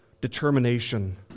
determination